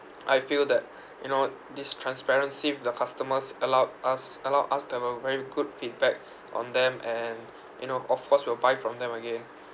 I feel that you know this transparency with the customers allowed us allowed us to have a very good feedback on them and you know of course will buy from them again